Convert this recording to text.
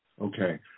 Okay